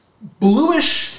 bluish